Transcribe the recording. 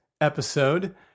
episode